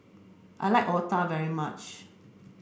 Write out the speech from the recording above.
I like Otah very much